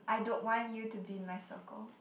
I don't want you to be in my circle